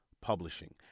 Publishing